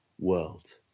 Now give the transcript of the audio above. world